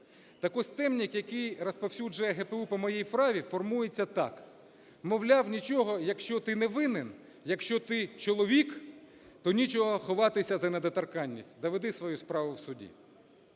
Так ось темник, який розповсюджує ГПУ по моїй справі, формується так: мовляв, нічого, якщо ти не винен, якщо ти чоловік, то нічого ховатися за недоторканність, доведи свою справу в суді.